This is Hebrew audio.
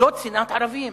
זו שנאת ערבים,